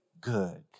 good